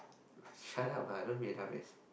shut up lah don't be a dumbass